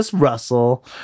Russell